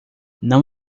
não